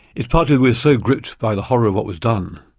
is partly we are so gripped by the horror of what was done,